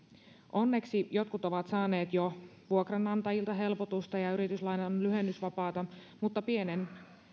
onneksi jotkut ovat saaneet jo vuokranantajilta helpotusta ja yrityslainan lyhennysvapaata mutta pienen